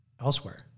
elsewhere